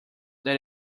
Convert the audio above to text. that